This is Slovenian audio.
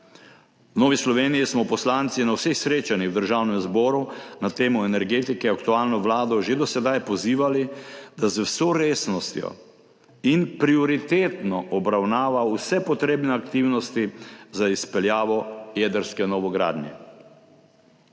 V Novi Sloveniji smo poslanci na vseh srečanjih v Državnem zboru na temo energetike aktualno vlado že do sedaj pozivali, da z vso resnostjo in prioritetno obravnava vse potrebne aktivnosti za izpeljavo jedrske novogradnje.